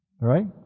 Right